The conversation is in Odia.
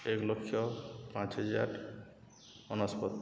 ଏକ ଲକ୍ଷ ପାଞ୍ଚହଜାର ଅନେଶୋତ